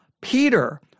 Peter